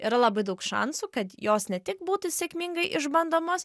yra labai daug šansų kad jos ne tik būtų sėkmingai išbandomos